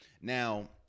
Now